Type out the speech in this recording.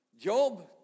Job